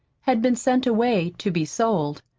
had been sent away to be sold.